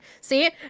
see